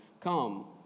Come